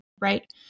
Right